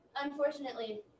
Unfortunately